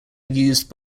used